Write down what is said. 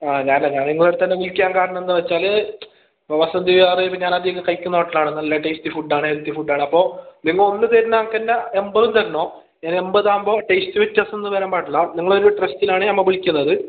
ആ ഞാനാ ഞാൻ നിങ്ങട്ത്തന്നെ വിളിക്കാൻ കാരണം എന്താണെന്ന് വച്ചാൽ ഇപ്പോൾ വസന്തി പറയുന്നത് ഞാൻ അധികം കഴിക്കുന്ന ഹോട്ടലാണ് നല്ല ടേസ്റ്റി ഫുഡാണ് ഹെൽത്തി ഫുഡാണ് അപ്പോൾ നിങ്ങൾ ഒന്ന് തരുന്നത് കണക്കന്നെ എൺപ്തും തരണം എൺപതാവുമ്പോൾ ടേസ്റ്റ് വ്യത്യാസമൊന്നും വരാൻ പാടില്ല നിങ്ങൾ ഒരു ട്രെസ്റ്റിലാണ് നമ്മൾ വിളിക്കുന്നത്